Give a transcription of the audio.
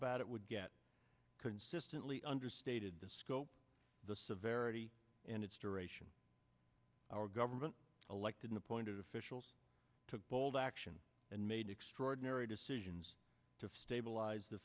bad it would get consistently understated the scope the severity and its duration our government elected appointed officials took bold action and made extraordinary decisions to stabilize the